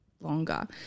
longer